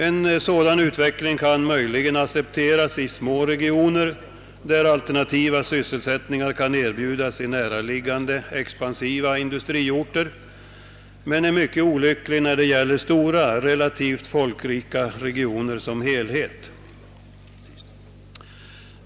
En sådan utveckling kan möjligen accepteras i små regioner, där alternativa sysselsättningar kan erbjudas i näraliggande expansiva industriorter, men är mycket olycklig när det gäller stora, relativt folkrika regioner som helhet.